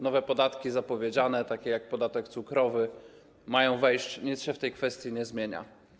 Nowe podatki zapowiedziane, takie jak podatek cukrowy, mają wejść, nic się w tej kwestii nie zmienia.